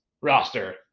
roster